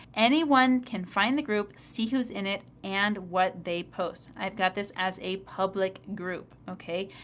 anyone can find the group, see who's in it and what they post. i've got this as a public group, okay?